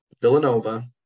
Villanova